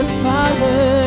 father